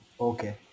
Okay